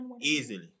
Easily